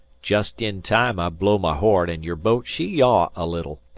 just in time i blow my horn, and your boat she yaw a little.